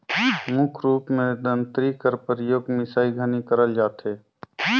मुख रूप मे दँतरी कर परियोग मिसई घनी करल जाथे